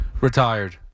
Retired